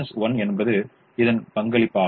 1 என்பது இதன் பங்களிப்பாகும்